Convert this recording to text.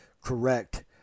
correct